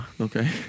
Okay